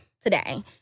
today